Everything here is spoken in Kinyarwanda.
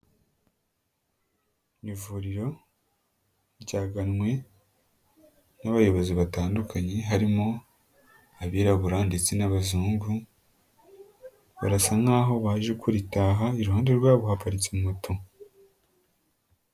Ivuriro ryaganwe n'abayobozi batandukanye harimo abirabura ndetse n'abazungu, barasa nk'aho baje kuritaha iruhande rwabo bahaparitse moto.